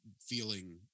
feeling